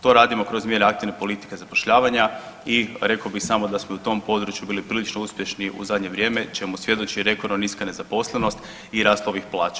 To radimo kroz mjere aktivne politike zapošljavanja i rekao bi samo da smo i u tom području bili prilično uspješni u zadnje vrijeme čemu svjedoči rekordno niska nezaposlenost i rast ovih plaća.